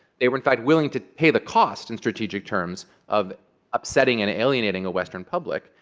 they were, in fact, willing to pay the cost, in strategic terms, of upsetting and alienating a western public,